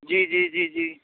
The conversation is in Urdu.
جی جی جی جی